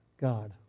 God